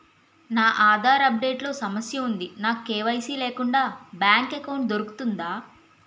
నా Aadhaar update లో సమస్య వుంది నాకు కే.వై.సీ లేకుండా బ్యాంక్ ఎకౌంట్దొ రుకుతుందా?